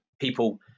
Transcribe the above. people